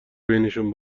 بینشون